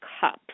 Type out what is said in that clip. Cups